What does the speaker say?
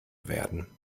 werden